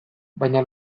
baina